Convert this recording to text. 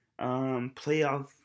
playoff